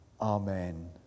Amen